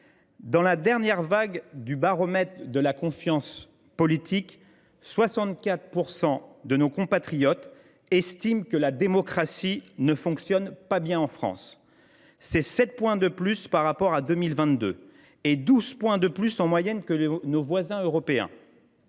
Selon la dernière vague du baromètre de la confiance politique, 64 % de nos compatriotes estiment que la démocratie ne fonctionne pas bien en France, soit 7 points de plus qu’en 2022 et 12 points de plus que la moyenne européenne.